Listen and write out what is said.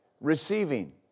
receiving